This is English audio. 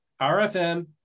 RFM